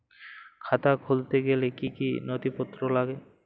খাতা খুলতে গেলে কি কি নথিপত্র লাগে?